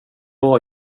bra